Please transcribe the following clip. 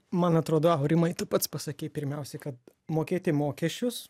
man atrodo aurimai tu pats pasakei pirmiausiai kad mokėti mokesčius